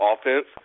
offense